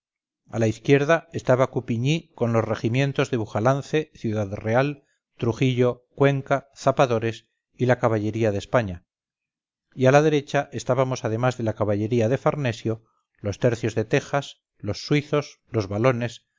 a la izquierda estaba coupigny con los regimientos de bujalance ciudad real trujillo cuenca zapadores y la caballería de españa y a la derecha estábamos además de la caballería de farnesio los tercios de tejas los suizos los walones